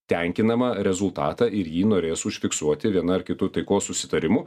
tenkinamą rezultatą ir jį norės užfiksuoti viena ar kitu taikos susitarimu